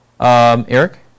Eric